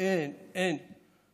אין, אין, אין.